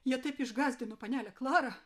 jie taip išgąsdino panelę klarą